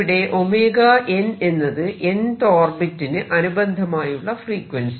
ഇവിടെ 𝜔n എന്നത് nth orbit ന് അനുബന്ധമായുള്ള ഫ്രീക്വൻസി